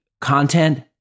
content